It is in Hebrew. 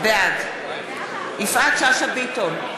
בעד יפעת שאשא ביטון,